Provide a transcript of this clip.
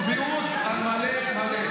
צביעות על מלא מלא.